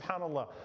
SubhanAllah